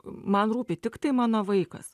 man rūpi tiktai mano vaikas